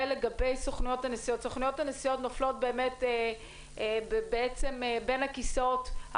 לגבי סוכנויות הנסיעות סוכנויות הנסיעות נופלות בין הכיסאות,